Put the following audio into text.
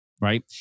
Right